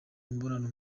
imibonano